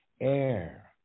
air